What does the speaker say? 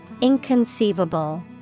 Inconceivable